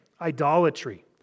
idolatry